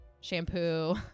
shampoo